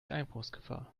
einbruchsgefahr